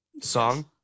song